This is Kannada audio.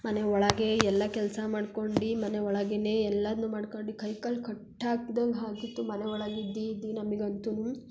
ಮನೆ ಒಳಗೇ ಎಲ್ಲ ಕೆಲಸ ಮಾಡ್ಕೊಂಡು ಮನೆ ಒಳಗೇ ಎಲ್ಲನೂ ಮಾಡ್ಕಂಡು ಕೈ ಕಾಲು ಕಟ್ಟಾಕ್ದಂಗೆ ಆಗಿತ್ತು ಮನೆ ಒಳಗೆ ಇದ್ದು ಇದ್ದು ನಮ್ಗಂತೂ